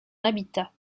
habitat